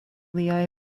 liaj